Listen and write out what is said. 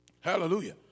Hallelujah